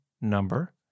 number